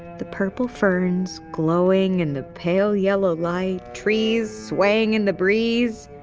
the purple ferns glowing in the pale yellow light, trees swaying in the breeze.